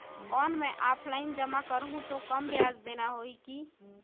कौन मैं ऑफलाइन जमा करहूं तो कम ब्याज देना होही की?